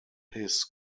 his